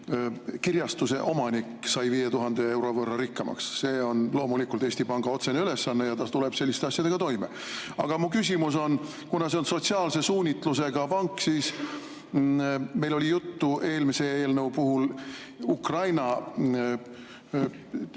kirjastuse omanik sai 5000 euro võrra rikkamaks. See on loomulikult Eesti Panga otsene ülesanne ja ta tuleb selliste asjadega toime. Aga mu küsimus on: kuna see on sotsiaalse suunitlusega pank – meil oli juttu eelmise eelnõu puhul Ukraina